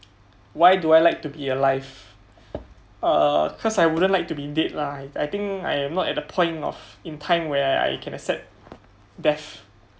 why do I like to be alive err cause I wouldn't like to be dead lah I think I'm not at the point of in time where I can accept death